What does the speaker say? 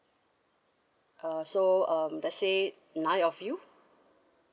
err so um let's say nine of you